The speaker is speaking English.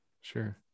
Sure